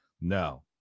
No